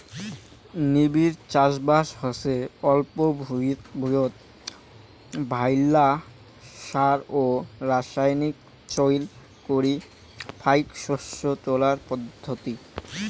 নিবিড় চাষবাস হসে অল্প ভুঁইয়ত ভাইল্লা সার ও রাসায়নিক চইল করি ফাইক শস্য তোলার পদ্ধতি